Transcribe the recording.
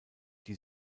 die